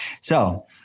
So-